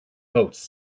coats